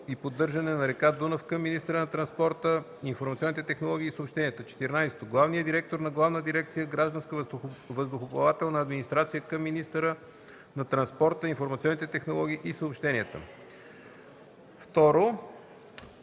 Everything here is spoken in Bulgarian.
и поддържане на река Дунав" към министъра на транспорта, информационните технологии и съобщенията; 14. главният директор на Главна дирекция „Гражданска въздухоплавателна администрация" към министъра на транспорта, информационните технологии и съобщенията.